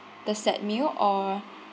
the set meal or